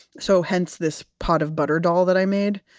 so hence this pot of butter dal that i made.